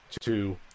two